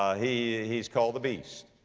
he, he's called the beast.